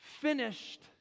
finished